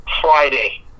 Friday